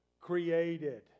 created